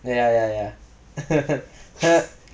ya ya ya